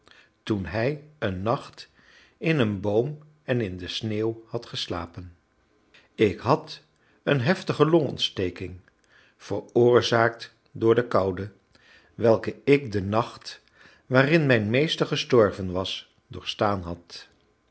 toen hij een nacht in een boom en in de sneeuw had geslapen ik had een heftige longontsteking veroorzaakt door de koude welke ik den nacht waarin mijn meester gestorven was doorstaan had